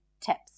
tips